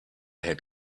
had